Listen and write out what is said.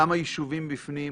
כמה יישובים בפנים,